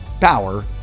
power